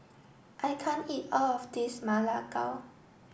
I can't eat all of this Ma Lai Gao